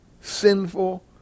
sinful